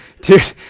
dude